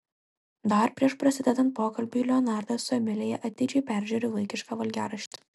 dar prieš prasidedant pokalbiui leonardas su emilija atidžiai peržiūri vaikišką valgiaraštį